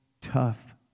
tough